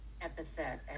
epithet